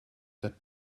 that